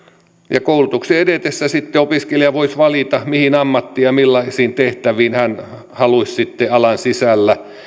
ja koulutuksen edetessä sitten opiskelija voisi valita mihin ammattiin ja millaisiin tehtäviin hän haluaisi alan sisällä